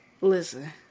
Listen